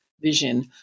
vision